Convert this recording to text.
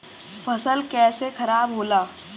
फसल कैसे खाराब होला?